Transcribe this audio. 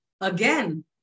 again